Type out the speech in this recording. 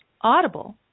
Audible